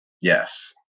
Yes